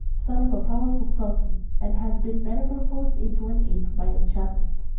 son of a powerful sultan, and has been metamorphosed into an ape by enchantment.